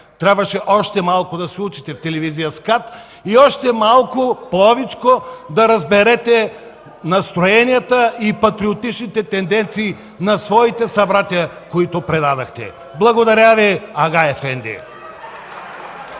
Трябваше още малко да се учите в телевизия СКАТ и още малко повечко да разберете настроенията и патриотичните тенденции на своите събратя, които предадохте! Благодаря Ви, ага ефенди.